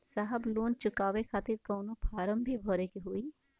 साहब लोन चुकावे खातिर कवनो फार्म भी भरे के होइ?